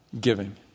giving